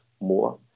more